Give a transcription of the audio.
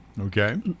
Okay